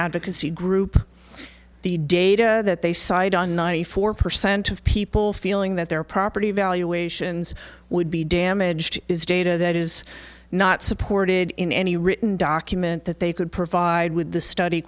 advocacy group the data that they cite on ninety four percent of people feeling that their property evaluations would be damaged is data that is not supported in any written document that they could provide with the study